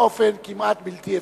באופן כמעט בלתי אפשרי.